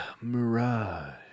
mirage